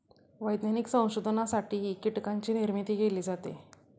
वैज्ञानिक संशोधनासाठीही कीटकांची निर्मिती केली जाते